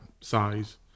size